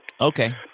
Okay